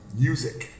music